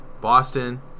Boston